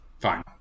fine